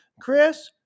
Chris